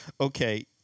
Okay